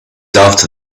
after